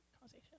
causation